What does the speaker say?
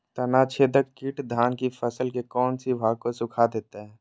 तनाछदेक किट धान की फसल के कौन सी भाग को सुखा देता है?